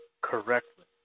correctly